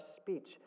speech